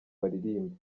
baririmba